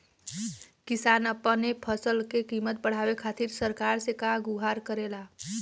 किसान अपने फसल क कीमत बढ़ावे खातिर सरकार से का गुहार करेला?